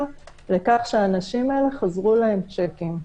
לכך שהאנשים האלה חזרו להם שיקים,